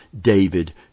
David